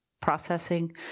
processing